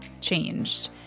changed